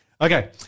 Okay